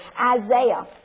Isaiah